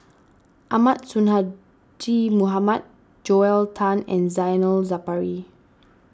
Ahmad Sonhadji Mohamad Joel Tan and Zainal Sapari